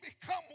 become